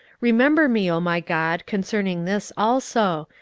remember me, o my god, concerning this also,